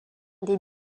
des